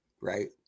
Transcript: Right